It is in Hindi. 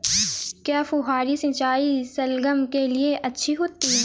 क्या फुहारी सिंचाई शलगम के लिए अच्छी होती है?